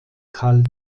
kalt